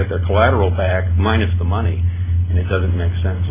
get the collateral back minus the money and it doesn't make sense